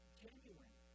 genuine